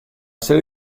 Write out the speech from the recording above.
serie